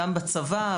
גם בצבא,